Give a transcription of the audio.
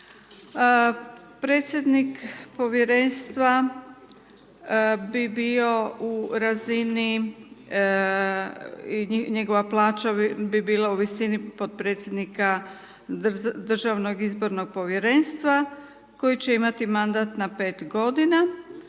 Predsjednik Povjerenstva bi bio u razini, njegova plaća bi bila u visini podpredsjednika Državnog izbornog povjerenstva koji će imati mandat na 5 godina,